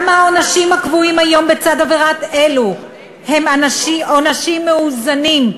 גם העונשים הקבועים היום בצד עבירות אלו הם עונשים מאוזנים,